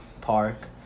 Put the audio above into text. park